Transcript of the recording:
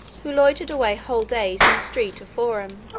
who loitered away whole days in the street of forum,